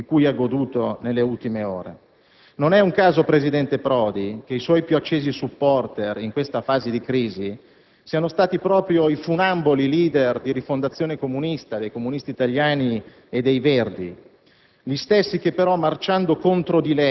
quel sostegno, più che sospetto, di cui ha goduto nelle ultime ore. Non è un caso, presidente Prodi, che i suoi più accesi *supporter*, in questa fase di crisi, siano stati proprio i funamboli *leader* di Rifondazione Comunista, dei Comunisti Italiani e dei Verdi,